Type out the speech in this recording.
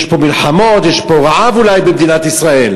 יש פה מלחמות, יש פה רעב אולי במדינת ישראל.